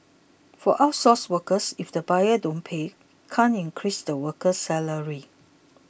for outsourced workers if the buyers don't pay can't increase the worker's salary